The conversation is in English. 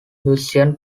lucien